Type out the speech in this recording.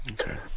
Okay